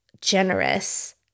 generous